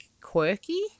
quirky